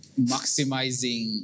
maximizing